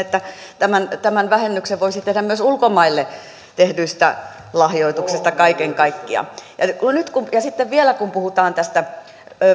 että tämän tämän vähennyksen voisi tehdä myös ulkomaille tehdyistä lahjoituksista kaiken kaikkiaan ja sitten vielä kun puhutaan tästä